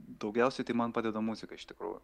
daugiausiai tai man padeda muzika iš tikrųjų